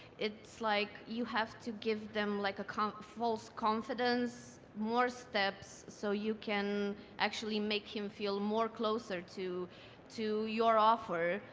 it's like you have to give them like a false confidence, more steps, so you can actually make him feel more closer to to your offer.